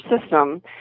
system